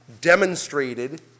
demonstrated